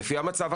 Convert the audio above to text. לפי המצב הקיים.